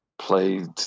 played